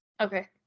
Okay